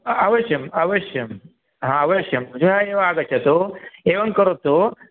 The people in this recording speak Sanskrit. आ अवश्यम् अवश्यम् अवश्यं एव आगच्छतु एवं करोतु